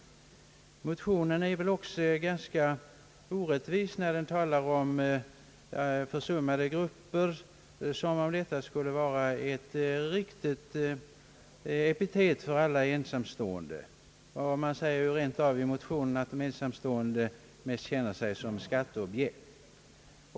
Motionen är väl också ganska orättvis när den talar om försummade grupper, som om detta skulle vara ett riktigt epitet för alla ensamstående. Man säger i motionen rent av att de ensamstående mest känner sig som »skatteobjekt«.